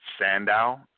Sandow